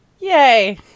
yay